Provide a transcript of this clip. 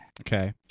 Okay